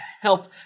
Help